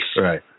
Right